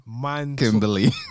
Kimberly